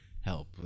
help